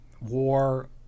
war